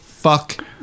Fuck